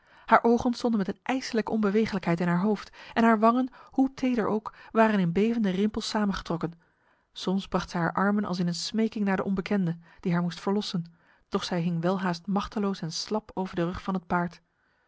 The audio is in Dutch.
haar ogen stonden met een ijslijke onbeweeglijkheid in haar hoofd en haar wangen hoe teder ook waren in bevende rimpels samengetrokken soms bracht zij haar armen als in een smeking naar de onbekende die haar moest verlossen doch zij hing welhaast machteloos en slap over de rug van het paard